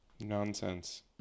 nonsense